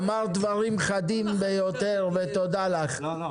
אמרת דברים חדים ביותר ותודה לך יעל.